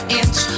inch